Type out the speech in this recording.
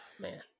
Man